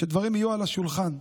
שדברים יהיו על השולחן.